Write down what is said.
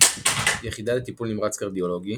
יחידה לטיפול נמרץ קרדיולוגי